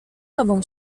tobą